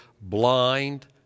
blind